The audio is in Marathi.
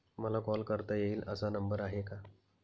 मला कॉल करता येईल असा नंबर आहे का?